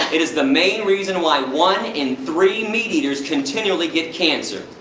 it is the main reason why one in three meat eaters continually get cancer.